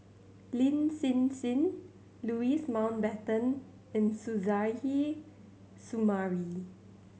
Lin Hsin Hsin Louis Mountbatten and Suzairhe Sumari